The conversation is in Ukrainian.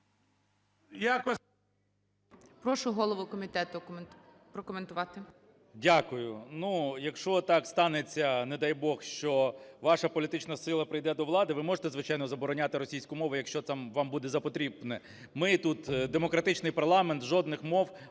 Прошу голову комітету прокоментувати. 13:27:35 КНЯЖИЦЬКИЙ М.Л. Дякую. Ну, якщо так станеться, не дай Бог, що ваша політична сила прийде до влади, ви можете звичайно забороняти російську мову, якщо вам буде за потрібне. Ми тут демократичний парламент, жодних мов,